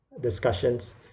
discussions